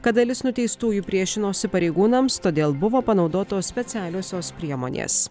kad dalis nuteistųjų priešinosi pareigūnams todėl buvo panaudotos specialiosios priemonės